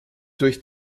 durch